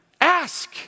Ask